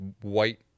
white